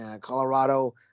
Colorado